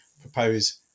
propose